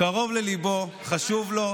קרוב לליבו, חשוב לו.